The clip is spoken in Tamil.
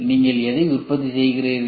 நீங்கள் எதை உற்பத்தி செய்கிறீர்கள்